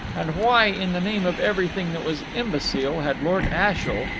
and why in the name of everything that was imbecile had lord ashiel,